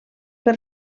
per